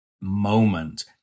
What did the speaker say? moment